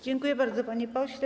Dziękuję bardzo, panie pośle.